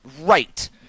Right